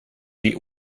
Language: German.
wie